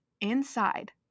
inside